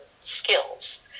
skills